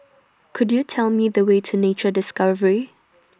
Could YOU Tell Me The Way to Nature Discovery